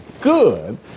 good